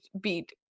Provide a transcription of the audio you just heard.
beat